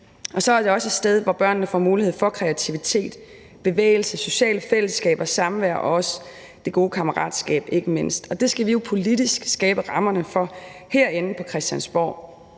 Og så er det også et sted, hvor børnene får mulighed for kreativitet, bevægelse, sociale fællesskaber og samvær og ikke mindst også de gode kammeratskaber, og det skal vi jo politisk skabe rammerne for herinde på Christiansborg.